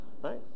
right